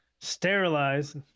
sterilize